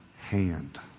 hand